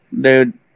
Dude